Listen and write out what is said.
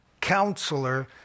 counselor